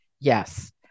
yes